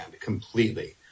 completely